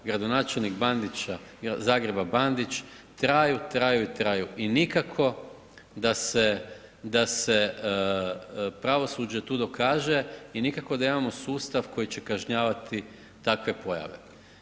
Gradonačelnik Zagreba Bandić traju, traju i traju i nikako da se pravosuđe tu dokaže i nikako da imamo sustav koji će kažnjavati takve pojave.